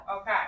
Okay